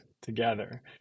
together